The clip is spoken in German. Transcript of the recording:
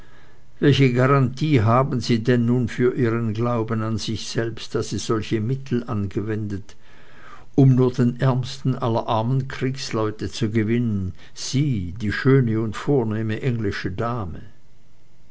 welche garantie haben sie denn nun für ihren glauben an sich selbst da sie solche mittel angewendet um nur den ärmsten aller armen kriegsleute zu gewinnen sie die schöne und vornehme englische dame